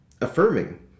affirming